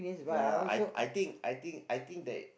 ya I I think I think I think that